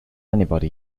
anybody